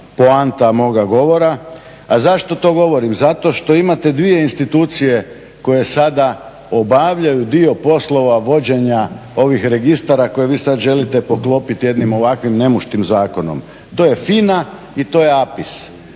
poanta moga govora. A zašto to govorim, zato što imate dvije institucije koje sada obavljaju dio poslova vođenja ovih registara koje vi sad želite poklopiti jednim ovakvim ne muškim zakonom. To je FINA i to je APIS.